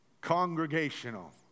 Congregational